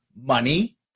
Money